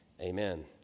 Amen